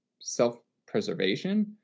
self-preservation